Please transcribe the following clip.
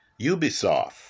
Ubisoft